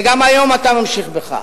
וגם היום אתה ממשיך בכך.